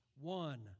one